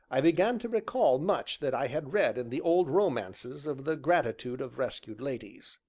i began to recall much that i had read in the old romances of the gratitude of rescued ladies.